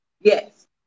Yes